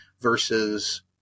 versus